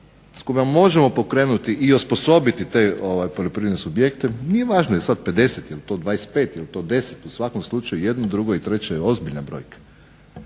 s kojima možemo pokrenuti i osposobiti te poljoprivredne subjekte. Nije važno jel sad 50 ili je to 25 ili je to 10, u svakom slučaju jedno, drugo i treće je ozbiljan projekt.